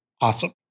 awesome